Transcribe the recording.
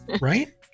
right